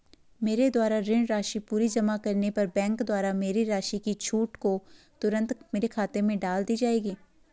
मेरे द्वारा ऋण राशि पूरी जमा करने पर बैंक द्वारा मेरी राशि की छूट को तुरन्त मेरे खाते में डाल दी जायेगी?